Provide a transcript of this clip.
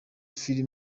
film